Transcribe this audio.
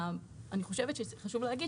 חשוב להגיד